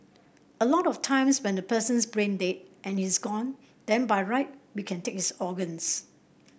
a lot of times when the person's brain dead and he's gone then by right we can take his organs